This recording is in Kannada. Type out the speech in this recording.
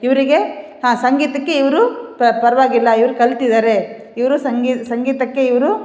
ಇವರಿಗೆ ಹಾಂ ಸಂಗೀತಕ್ಕೆ ಇವರೂ ಪರವಾಗಿಲ್ಲ ಇವ್ರು ಕಲ್ತಿದ್ದಾರೆ ಇವರು ಸಂಗಿ ಸಂಗೀತಕ್ಕೆ ಇವರೂ